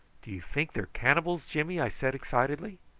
do you think they are cannibals, jimmy? i said excitedly.